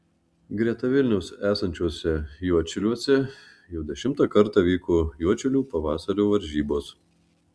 greta vilniaus esančiuose juodšiliuose jau dešimtą kartą vyko juodšilių pavasario varžybos